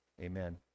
Amen